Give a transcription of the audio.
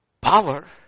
power